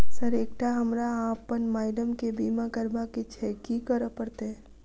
Sir एकटा हमरा आ अप्पन माइडम केँ बीमा करबाक केँ छैय की करऽ परतै?